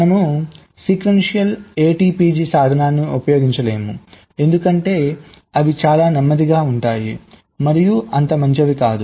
మనము sequential ATPG సాధనాన్ని ఉపయోగించలేము ఎందుకంటే అవి చాలా నెమ్మదిగా ఉంటాయి మరియు అంత మంచివి కావు